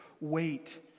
wait